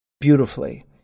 beautifully